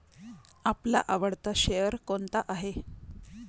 आपला आवडता शेअर कोणता आहे?